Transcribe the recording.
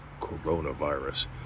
Coronavirus